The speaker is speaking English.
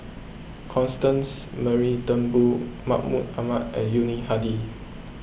Constance Mary Turnbull Mahmud Ahmad and Yuni Hadi